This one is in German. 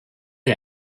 der